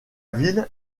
ville